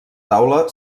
taula